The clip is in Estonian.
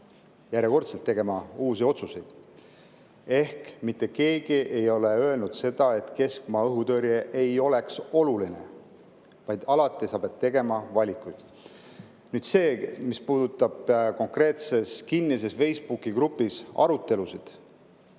järjekordselt tegema uusi otsuseid. Ehk mitte keegi ei ole öelnud seda, et keskmaa õhutõrje ei oleks oluline, vaid alati sa pead tegema valikuid. Seda, mis puudutab konkreetses kinnises Facebooki grupis arutelusid,